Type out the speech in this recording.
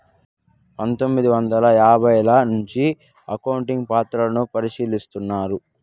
పందొమ్మిది వందల యాభైల నుంచే అకౌంట్ పత్రాలను పరిశీలిస్తున్నారు